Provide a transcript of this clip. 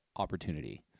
Opportunity